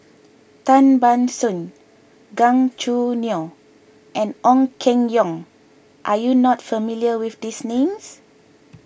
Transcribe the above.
Tan Ban Soon Gan Choo Neo and Ong Keng Yong are you not familiar with these names